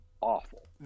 awful